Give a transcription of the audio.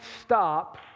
stop